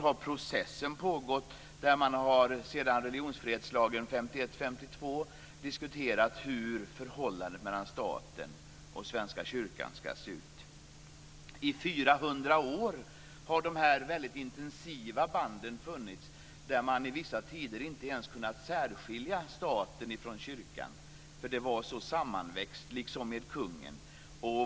Sedan religionsfrihetslagen 1951-1952 har man diskuterat hur förhållandet mellan staten och Svenska kyrkan ska se ut. I 400 år har det funnits väldigt intensiva band, som gjort att man under vissa tider inte ens kunnat särskilja staten från kyrkan. Kyrkan var liksom sammanväxt med kungamakten.